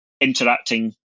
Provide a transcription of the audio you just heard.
interacting